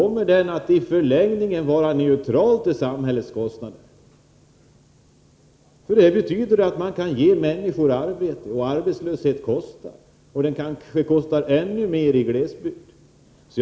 Men detta är i förlängningen neutralt till samhällets kostnader. Det betyder att man kan ge människor arbete. Arbetslöshet kostar, och den kostnaden kanske är ännu högre i glesbygderna.